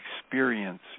experience